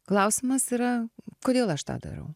klausimas yra kodėl aš tą darau